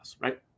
right